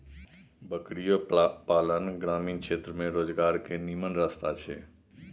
बकरियो पालन ग्रामीण क्षेत्र में रोजगार के निम्मन रस्ता छइ